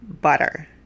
butter